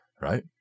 Right